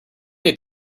many